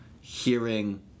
hearing